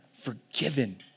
forgiven